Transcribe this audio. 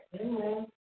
Amen